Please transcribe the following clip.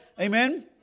Amen